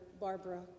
Barbara